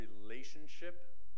relationship